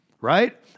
Right